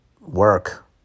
work